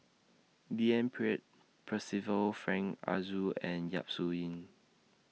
D N Pritt Percival Frank Aroozoo and Yap Su Yin